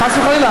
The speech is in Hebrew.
חס וחלילה.